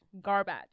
garbage